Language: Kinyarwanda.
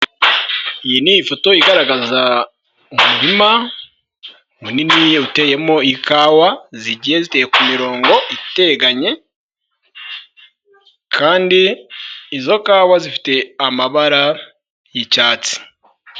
Iyi ni ifoto igaragaza umurima munini iyo uteyemo ikawa zigiye ziteye ku mirongo iteganye kandi izo kawa zifite amabara y'icyatsi.